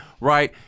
right